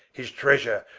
his treasure,